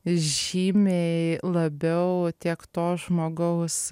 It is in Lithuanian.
žymiai labiau tiek to žmogaus